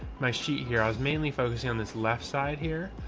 my sheet here, i was mainly focusing on this left side here.